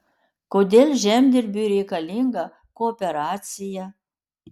kodėl žemdirbiui reikalinga kooperacija